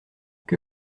que